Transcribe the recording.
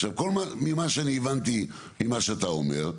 עכשיו כל מה שאני הבנתי ממה שאתה אומר,